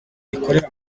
rikorera